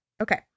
Okay